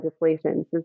legislation